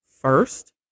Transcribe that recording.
first